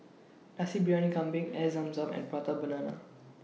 Nasi Briyani Kambing Air Zam Zam and Prata Banana